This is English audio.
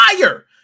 fire